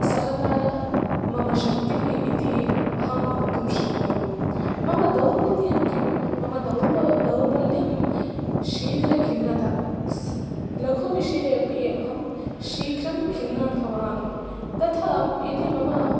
सहकारः मम शक्तिः इति अहं वक्तुं शक्नोमि मम दौर्बल्यं किं मम दौर्ब् दौर्बल्यं शीघ्रखिन्नता स् लघुविषयेपि अहं शीघ्रं खिन्ना भवामि तथा यदि मम